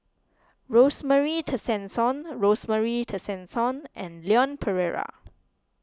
Rosemary Tessensohn Rosemary Tessensohn and Leon Perera